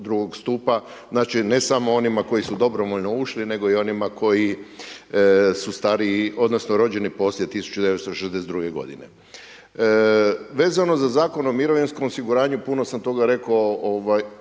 drugog stupa. Znači ne samo onima koji su dobrovoljno ušli nego i onima koji su stariji, odnosno rođeni poslije 1962. godine. Vezano za Zakon o mirovinskom osiguranju, puno sam toga rekao